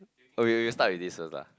okay okay we start with this first lah